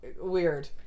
weird